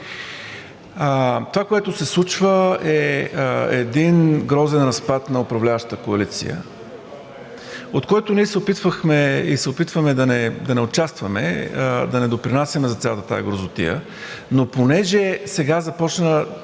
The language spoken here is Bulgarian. Това, което се случва, е един грозен разпад на управляващата коалиция, в който ние се опитвахме и се опитваме да не участваме, да не допринасяме за цялата тази грозотия, но понеже сега започна,